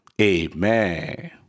amen